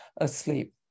asleep